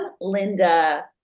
Linda